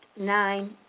nine